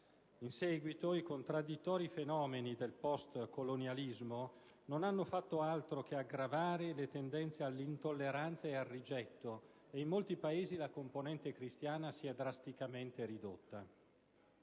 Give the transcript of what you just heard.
In seguito, i contradditori fenomeni del post-colonialismo non hanno fatto altro che aggravare le tendenze all'intolleranza e al rigetto, e in molti Paesi la componente cristiana si è drasticamente ridotta.